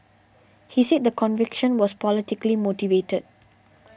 he said the conviction was politically motivated